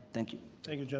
thank you. thank